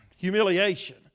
humiliation